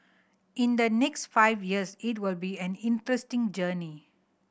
in the next five years it will be an interesting journey